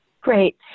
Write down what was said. Great